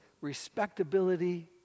respectability